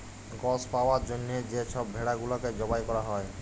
গস পাউয়ার জ্যনহে যে ছব ভেড়া গুলাকে জবাই ক্যরা হ্যয়